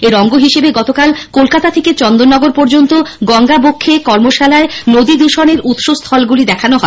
এর অঙ্গ হিসাবে গতকাল কলকাতা থেকে চন্দননগর পর্যন্ত গঙ্গাবক্ষে অনুষ্ঠিত কর্মশালায় নদী দৃষণের উৎসস্থলগুলি দেখানো হয়